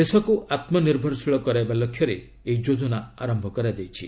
ଦେଶକୁ ଆତ୍ମନିର୍ଭରଶୀଳ କରାଇବା ଲକ୍ଷ୍ୟରେ ଏହି ଯୋଜନା ଆରମ୍ଭ କରାଯାଇଛି